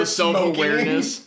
self-awareness